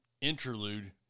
Interlude